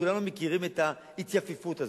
כולנו מכירים את ההתייפייפות הזאת.